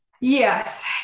Yes